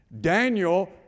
Daniel